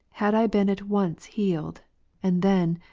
had i been at once healed and then,